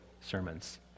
sermons